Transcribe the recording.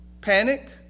panic